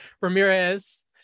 Ramirez